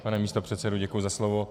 Pane místopředsedo, děkuji za slovo.